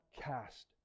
cast